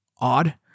odd